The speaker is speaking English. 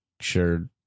sure